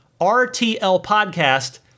RTLPODCAST